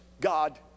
God